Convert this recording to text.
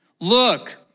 Look